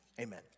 Amen